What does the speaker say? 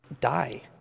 die